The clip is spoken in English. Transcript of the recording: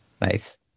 Nice